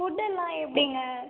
food எல்லாம் எப்படிங்க